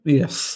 yes